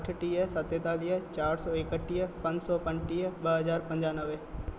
अठटीह सतेतालीह चारि सौ एकटीह पंज सौ पंजटीह ब हज़ार पंजानवे